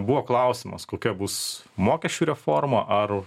buvo klausimas kokia bus mokesčių reforma ar